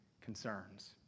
concerns